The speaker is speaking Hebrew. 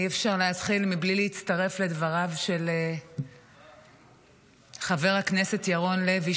אי-אפשר להתחיל מבלי להצטרף לדבריו של חבר הכנסת ירון לוי,